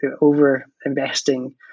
over-investing